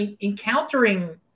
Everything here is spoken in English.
encountering